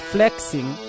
Flexing